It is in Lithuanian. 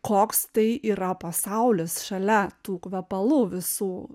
koks tai yra pasaulis šalia tų kvepalų visų